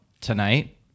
tonight